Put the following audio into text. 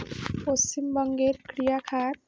পশ্চিমবঙ্গের ক্রিয়া ঘাট